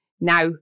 Now